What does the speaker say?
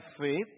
faith